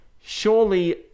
Surely